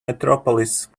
metropolis